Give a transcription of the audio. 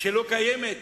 שלא קיימת,